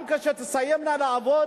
גם כאשר הן תסיימנה לעבוד,